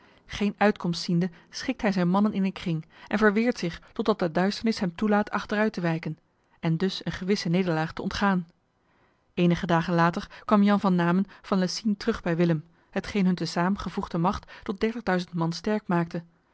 geen uitkomst ziende schikt hij zijn mannen in een kring en verweert zich totdat de duisternis hem toelaat achteruit te wijken en dus een gewisse nederlaag te ontgaan enige dagen later kwam jan van namen van lessines terug bij willem hetgeen hun te saam gevoegde macht tot man sterk maakte